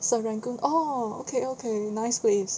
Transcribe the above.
serangoon oh okay okay nice place